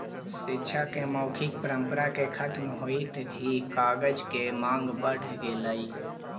शिक्षा के मौखिक परम्परा के खत्म होइत ही कागज के माँग बढ़ गेलइ